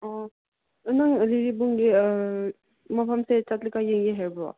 ꯑꯣ ꯅꯪ ꯂꯤꯂꯤ ꯕꯨꯡꯒꯤ ꯃꯐꯝꯁꯦ ꯆꯠꯂꯒ ꯌꯦꯡꯒꯦ ꯍꯥꯏꯕ꯭ꯔꯣ